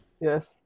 Yes